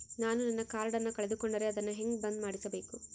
ನಾನು ನನ್ನ ಕಾರ್ಡನ್ನ ಕಳೆದುಕೊಂಡರೆ ಅದನ್ನ ಹೆಂಗ ಬಂದ್ ಮಾಡಿಸಬೇಕು?